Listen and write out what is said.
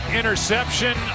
interception